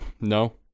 No